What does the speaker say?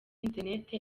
internet